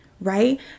right